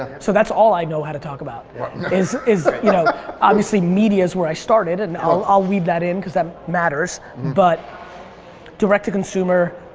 so that's all i know how to talk about is is you know obviously media is where i started and all i'll leave that in cause that matters but direct to consumer,